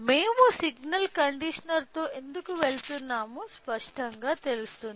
మేము సిగ్నల్ కండీషనర్తో ఎందుకు వెళ్తున్నామో స్పష్టంగా తెలుస్తుంది